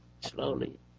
slowly